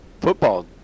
football